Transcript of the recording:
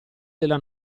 della